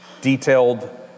detailed